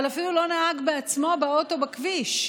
אבל אפילו לא נהג בעצמו באוטו בכביש.